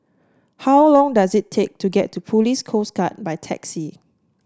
how long does it take to get to Police Coast Guard by taxi